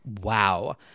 wow